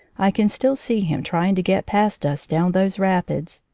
i can still see him trying to get past us down those rapids,